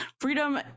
freedom